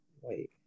Wait